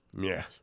Yes